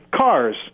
cars